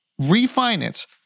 refinance